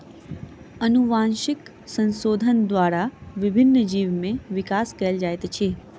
अनुवांशिक संशोधन द्वारा विभिन्न जीव में विकास कयल जाइत अछि